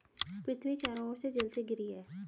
पृथ्वी चारों ओर से जल से घिरी है